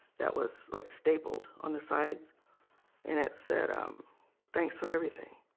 that was like stapled on the sides and it said um thanks for everything